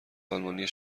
آلمانی